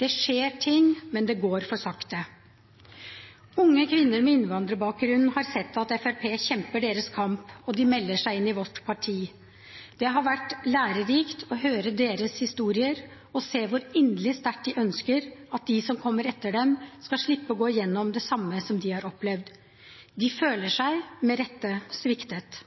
Det skjer ting, men det går for sakte. Unge kvinner med innvandrerbakgrunn har sett at Fremskrittspartiet kjemper deres kamp, og de melder seg inn i vårt parti. Det har vært lærerikt å høre deres historier og se hvor inderlig sterkt de ønsker at de som kommer etter dem, skal slippe å gå igjennom det samme som de har opplevd. De føler seg, med rette, sviktet.